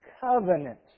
covenant